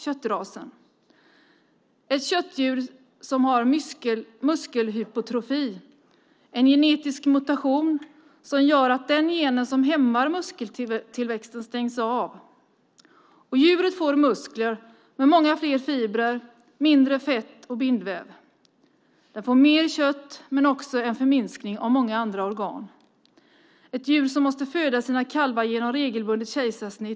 Det är ett köttdjur som har muskelhypertrofi, en genetisk mutation som gör att den gen som hämmar muskeltillväxten stängs av och djuret får muskler med många fler fibrer och mindre fett och bindväv. Djuret får mer kött men också en förminskning av många andra organ. Det är ett djur som ofta måste föda sina kalvar med kejsarsnitt.